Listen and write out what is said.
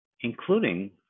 including